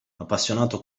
appassionato